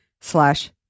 slash